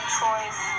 choice